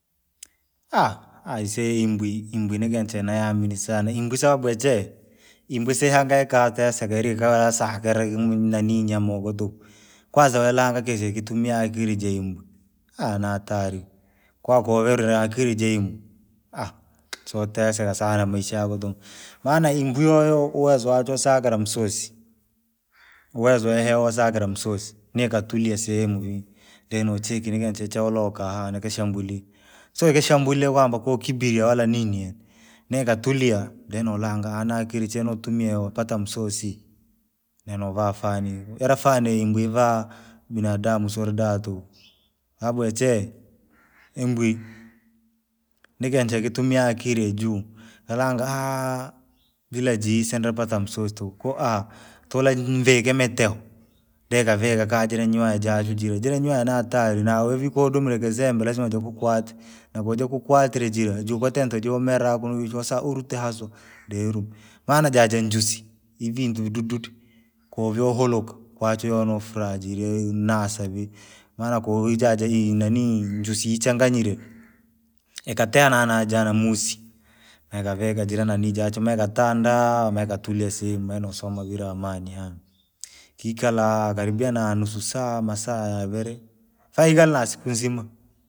aisee imbwi, imbwi ni antu chenayaminia sana imbwi sababu dee, imbwi siyahangaik tesika eri ikawa yasaka hara nanii nyama huko tuku, kwanza wilanga kintu chekitumia akiri jaimbwi, nohatari. Kwako uviri na akiri jaimbwi, soyotereka sana maisha yato tuku, maana imbwi yoyo uwezo wachwe yo sakire msosi, uwezo wahe wayo sakira msosi, nikatulia sehemu vii, de no cheki linga nche cheoloka ahaa nikishambulia. yakishambulia kwamba ko kibiria wala nini yaani, nikatulia deno ulanga haa niakiri chee notumia yapata msosi. Nenovaafani, ire fani yaimbwi iva binadamu siundaa tuku. Sababu ya chee, imbwi, nikintu chekitumia akiri ya juu, yalangu haa, bila jii sinripata msosi tuku, koo tuulaniviike miteo, deekavika kaa jiira nyoa jaachwe jiara jire nyoya naa nihatari noyovi ukadomire kizembe lazima jii kukwate. naku jii kuukwatire jire njoo uratente joomera kunu wasaaurute haswa, maana jaje njuswi, ivintu vidududu, kovyahuluka, kwa chio nofraha jiri nasaa vii. Maana koo ijaja inanii njusi ijichanganyire, ikatea nana jana muusi, ikavikaa jire nanii jachwe maaaikatanda maikatulia sehemu maanosoma vire amani hani. kiikula! Karibia nanusu saa masaa ya vire, faikale nasiku nzima